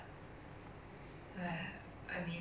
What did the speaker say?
chase this type of news unless it pop on my feed